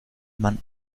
man